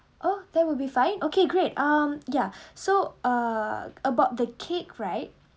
oh there will be fine okay great um yeah so uh about the cake right